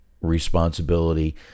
responsibility